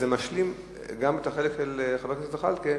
זה משלים גם את החלק של חבר הכנסת זחאלקה,